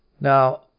Now